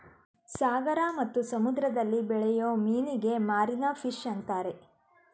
ಸಾಗರ ಮತ್ತು ಸಮುದ್ರದಲ್ಲಿ ಬೆಳೆಯೂ ಮೀನಿಗೆ ಮಾರೀನ ಫಿಷ್ ಅಂತರೆ